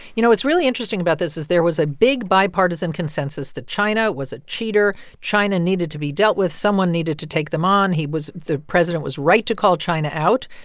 you know, what's really interesting about this is there was a big bipartisan consensus that china was a cheater. china needed to be dealt with. someone needed to take them on. he was the president was right to call china out.